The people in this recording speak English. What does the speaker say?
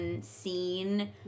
scene